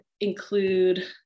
include